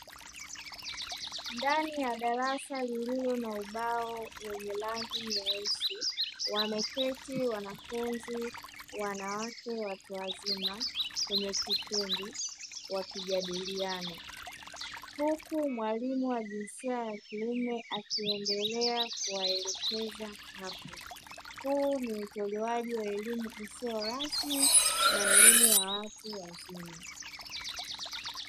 Ndani ya darasa lililo na ubao wenye rangi nyeusi, wameketi wanafunzi wanawake watu wazima, kwenye kikundi wakijadiliana, huku mwalimu wa jinsia ya kiume akiendelea kuwaelekeza hapo, huu ni utolewaji wa elimu isiyo rasmi na elimu ya watu wazima.